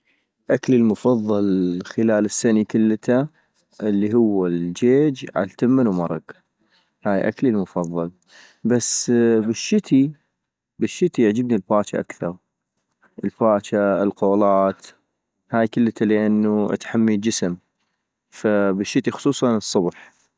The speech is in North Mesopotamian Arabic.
اكلي المفضل خلال السني كلتا ، الي هو الضجيج عالتمن ومرك ، هاي اكلي المفضل - بس بالشتي، بالشتي يعجبني الباجة اكثر ، الباجة، القولات ، هاي كلتا لانو تحمي الجسم، فبالشتي خصوصاً الصبح